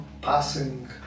passing